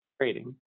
trading